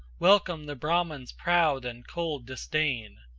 welcome the brahman's proud and cold disdain,